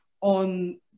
on